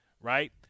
right